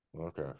Okay